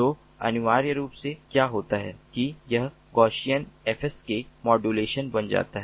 तो अनिवार्य रूप से क्या होता है कि यह गाउसीयन FSK मॉड्यूलेशन बन जाता है